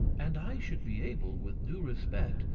and i should be able, with due respect,